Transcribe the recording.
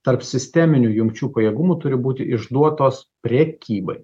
tarpsisteminių jungčių pajėgumų turi būti išduotos prekybai